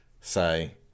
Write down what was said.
say